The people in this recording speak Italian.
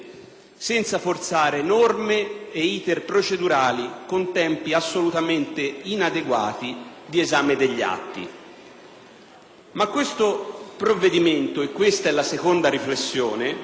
senza forzare norme e *iter* procedurali con tempi assolutamente inadeguati di esame degli atti. Questo provvedimento però - questa è la seconda riflessione